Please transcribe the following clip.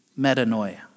metanoia